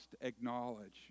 acknowledge